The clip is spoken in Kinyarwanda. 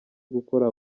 gukora